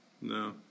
No